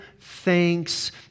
thanks